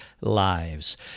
lives